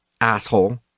Asshole